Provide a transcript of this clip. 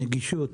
נגישות